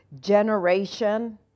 Generation